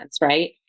right